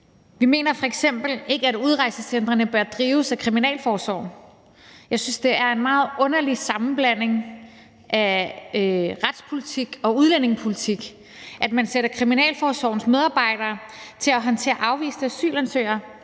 Vi mener f.eks. ikke, at udrejsecentrene bør drives af kriminalforsorgen. Jeg synes, det er en meget underlig sammenblanding af retspolitik og udlændingepolitik, at man sætter kriminalforsorgens medarbejdere til at håndtere afviste asylansøgere,